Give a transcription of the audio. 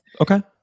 Okay